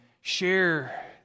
share